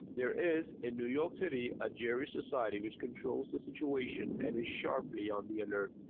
there is in new york city a gerry society, which controls the situation and is sharply on the alert.